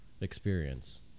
experience